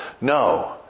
No